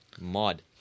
Mod